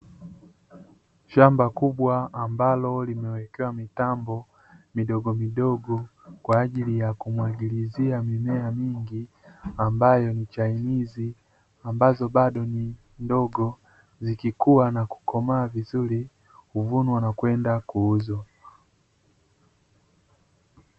Shamba kubwa ambalo limewekewa mitambo midogomidogo, kwa ajili ya kumwagilizia mimea mingi ambayo ni chainizi, ambazo bado ni ndogo zikikuwa na kukomaa vizuri huvunwa na kwenda kuuzwa.